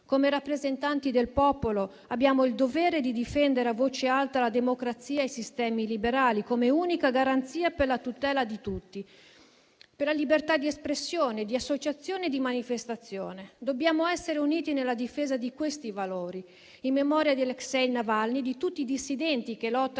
Come rappresentanti del popolo, abbiamo il dovere di difendere a voce alta la democrazia e i sistemi liberali come unica garanzia per la tutela di tutti, per la libertà di espressione, di associazione e di manifestazione. Dobbiamo essere uniti nella difesa di questi valori, in memoria di Aleksej Navalny e di tutti i dissidenti che lottano